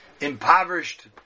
Impoverished